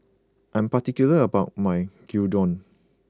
I'm particular about my Gyudon